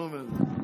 פה.